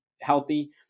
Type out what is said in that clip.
healthy